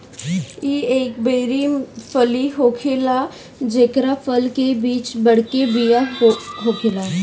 इ एगो बेरी फल होखेला जेकरा फल के बीच में बड़के बिया होखेला